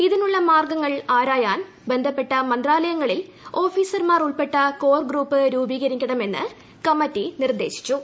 ഇതിനുള്ള മാർഗ്ഗങ്ങൾ ആരായാൻ ബന്ധപ്പെട്ട മന്ത്രാലയങ്ങളിൽ ഓഫീസർമാർ ഉൾപ്പെട്ട കോർഗ്രൂപ്പ് രൂപീകരിക്കണമെന്ന് കമ്മറ്റി നിർദ്ദേശിച്ചു